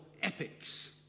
epics